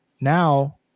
now